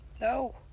No